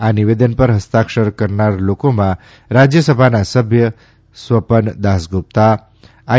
આ નિવેદન પર હસ્તાક્ષર કરનાર લોકોમાં રાજ્યસભાના સભ્ય સ્વપન દાસગુપ્તા આઈ